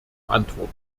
antwort